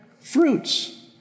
fruits